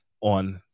on